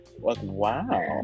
wow